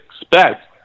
expect